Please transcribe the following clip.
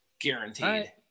guaranteed